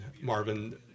Marvin